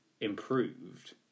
improved